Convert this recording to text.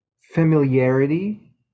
familiarity